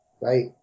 Right